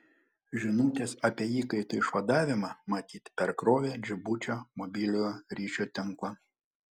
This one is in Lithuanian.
žinutės apie įkaitų išvadavimą matyt perkrovė džibučio mobiliojo ryšio tinklą